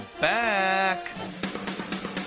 back